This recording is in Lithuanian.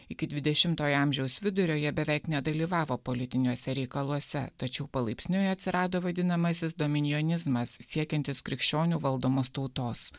iki dvidešimtojo amžiaus vidurio jie beveik nedalyvavo politiniuose reikaluose tačiau palaipsniui atsirado vadinamasis dominjonizmas siekiantis krikščionių valdomos tautos